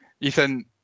Ethan